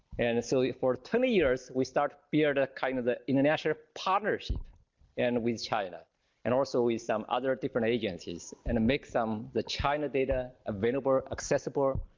and and so for twenty years we start build a kind of the international partnership and with china and also with some other different agencies. and make some, the china data available, accessible,